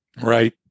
Right